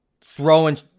throwing